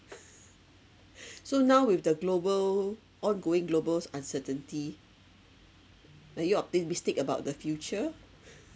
so now with the global ongoing globals uncertainty are you optimistic about the future